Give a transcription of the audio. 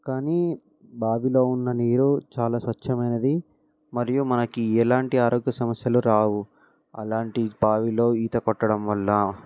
కానీ బావిలో ఉన్న నీరు చాలా స్వచ్ఛమైనది మరియు మనకి ఎలాంటి ఆరోగ్య సమస్యలు రావు అలాంటి బావిలో ఈత కొట్టడం వల్ల